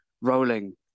rolling